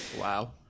Wow